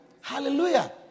hallelujah